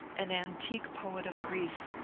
and antique poet of greece,